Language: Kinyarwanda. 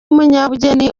umunyabugeni